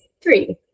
three